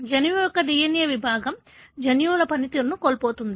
జన్యువు యొక్క DNA విభాగం జన్యువుల పనితీరును కోల్పోతుంది